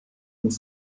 und